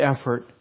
effort